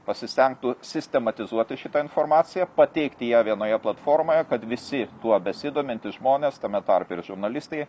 pasistengtų sistematizuoti šitą informaciją pateikti ją vienoje platformoje kad visi tuo besidomintys žmonės tame tarpe ir žurnalistai